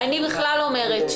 מבחינתנו בהחלט אפשרי.